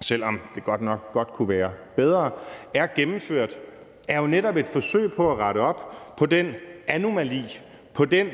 selv om det godt nok kunne være bedre, som er gennemført, er jo netop et forsøg på at rette op på den anomali, på den